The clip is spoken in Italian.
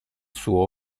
suo